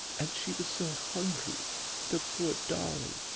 and she was so hungry a the poor darting